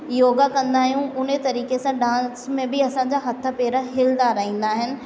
योगा कंदा आहियूं उन तरीक़े सां डांस में बि असांजा हथ पेर हिलंदा रहंदा आहिनि